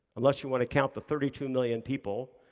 unless you want to count the thirty two million people,